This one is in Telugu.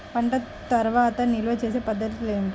పంట తర్వాత నిల్వ చేసే పద్ధతులు ఏమిటి?